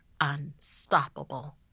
unstoppable